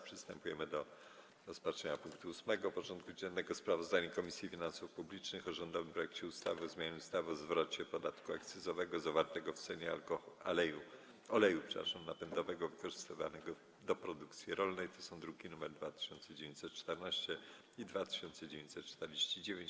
Przystępujemy do rozpatrzenia punktu 8. porządku dziennego: Sprawozdanie Komisji Finansów Publicznych o rządowym projekcie ustawy o zmianie ustawy o zwrocie podatku akcyzowego zawartego w cenie oleju napędowego wykorzystywanego do produkcji rolnej (druki nr 2914 i 2949)